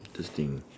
interesting